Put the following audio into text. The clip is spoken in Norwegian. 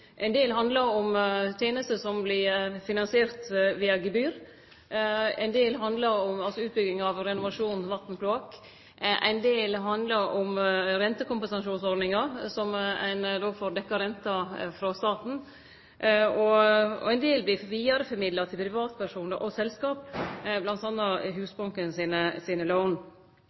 gebyr, som utbygging av renovasjon, vatn og kloakk. Ein del handlar om rentekompensasjonsordninga, der ein får dekt renter frå staten. Ein del vert vidareformidla til privatpersonar og selskap, m.a. Husbanken sine lån.